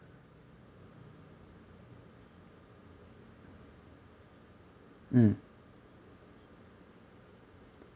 mm